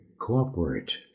cooperate